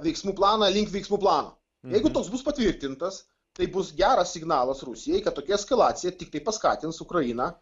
veiksmų planą link veiksmų plano jeigu toks bus patvirtintas tai bus geras signalas rusijai kad tokia eskalacija tiktai paskatins ukrainą